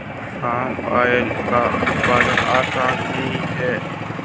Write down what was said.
palm oil का उत्पादन आसान नहीं है